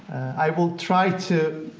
i will try to,